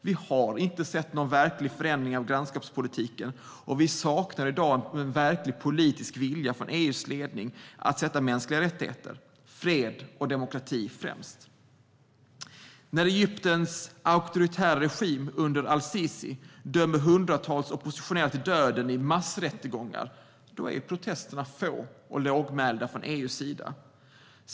Vi har inte sett någon verklig förändring av grannskapspolitiken, och vi saknar i dag en verklig politisk vilja från EU:s ledning att sätta mänskliga rättigheter, fred och demokrati främst. När Egyptens auktoritära regim under al-Sisi dömer hundratals oppositionella till döden i massrättegångar är protesterna få och lågmälda från EU:s sida.